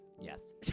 Yes